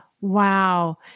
Wow